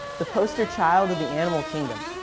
the poster child in the animal kingdom.